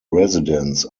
residents